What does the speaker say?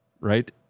right